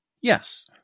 Yes